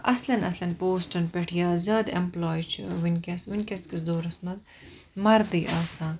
اَصلیٚن اَصلیٚن پوسٹَن پیٚٹھ یا زیاد ایٚمپلاے چھِ وُنکیٚس وُنکیٚس کِس دورَس مَنٛز مَردٕے آسان